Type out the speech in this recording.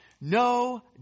no